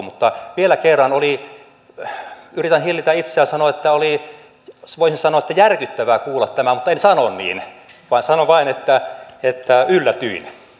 mutta vielä kerran oli yritän hillitä itseäni sanomasta että oli järkyttävää kuulla tämä mutta en sano niin vaan sanon vain että yllätyin